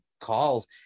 calls